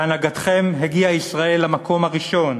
בהנהגתכם הגיעה ישראל למקום הראשון